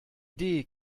idee